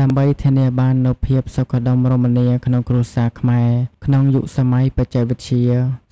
ដើម្បីធានាបាននូវភាពសុខដុមរមនាក្នុងគ្រួសារខ្មែរក្នុងយុគសម័យបច្ចេកវិទ្យា